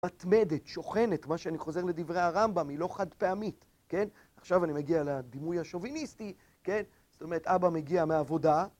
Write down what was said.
מתמדת, שוכנת, מה שאני חוזר לדברי הרמב״ם, היא לא חד פעמית, כן? עכשיו אני מגיע לדימוי השוביניסטי, כן? זאת אומרת, אבא מגיע מעבודה.